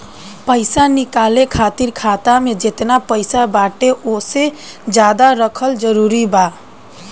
पईसा निकाले खातिर खाता मे जेतना पईसा बाटे ओसे ज्यादा रखल जरूरी बा?